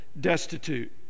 destitute